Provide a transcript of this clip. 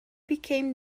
became